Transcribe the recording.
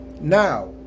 Now